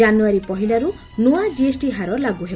ଜାନୁଆରୀ ପହିଲାରୁ ନୂଆ ଜିଏସ୍ଟି ହାର ଲାଗୁ ହେବ